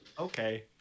Okay